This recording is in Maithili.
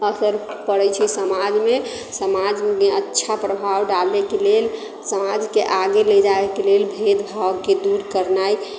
असर पड़ैत छै समाजमे समाजमे अच्छा प्रभाव डालैके लेल समाजके आगे लऽ जायके लेल भेदभावकेँ दूर करनाइ